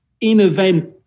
in-event